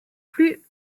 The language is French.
plus